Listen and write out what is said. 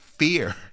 fear